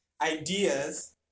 ideas